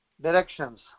directions